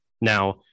Now